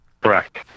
correct